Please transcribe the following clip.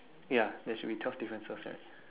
ya there should be twelve differences right